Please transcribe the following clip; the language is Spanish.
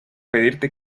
pedirte